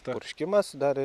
purškimas dar ir